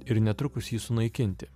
ir netrukus jį sunaikinti